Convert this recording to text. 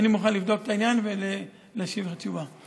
אני מוכן לבדוק את העניין ולהשיב לך תשובה.